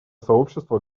сообщество